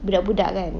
budak-budak kan